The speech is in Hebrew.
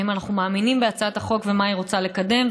האם אנחנו מאמינים בהצעת החוק ומה היא רוצה לקדם,